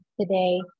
today